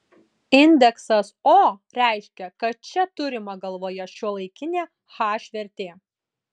indeksas o reiškia kad čia turima galvoje šiuolaikinė h vertė